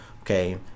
okay